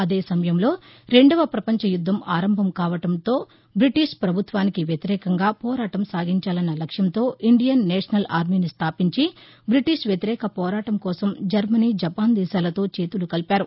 అదే సమయంలో రెండవ పపంచ యుద్దం ఆరంభం కావడంతో బీటీష్ పభుత్వానికి వ్యతిరేకంగా పోరాటం సాగించాలన్న లక్ష్యంతో ఇండియన్ నేషనల్ ఆర్మీని స్థాపించి బ్రిటీష్ వ్యతిరేక పోరాటం కోసం జర్మని జపాన్ దేశాలతో చేతులు కలిపారు